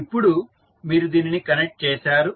ఇప్పుడు మీరు దీనిని కనెక్ట్ చేసారు